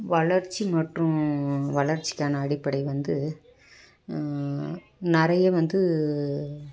வளர்ச்சி மற்றும் வளர்ச்சிக்கான அடிப்படை வந்து நிறைய வந்து